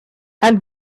and